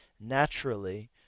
naturally